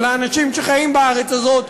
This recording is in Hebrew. של האנשים שחיים בארץ הזאת,